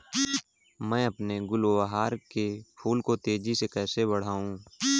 मैं अपने गुलवहार के फूल को तेजी से कैसे बढाऊं?